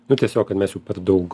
nu tiesiog kad mes jau daug